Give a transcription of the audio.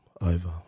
over